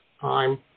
time